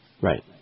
Right